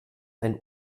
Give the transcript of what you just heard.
ein